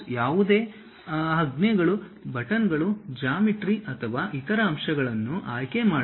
ಯಾವುದೇ ಆಜ್ಞೆಗಳು ಗುಂಡಿಗಳು ಜಾಮಿಟ್ರಿ ಅಥವಾ ಇತರ ಅಂಶಗಳನ್ನು ಆಯ್ಕೆ ಮಾಡಲು